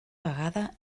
vegada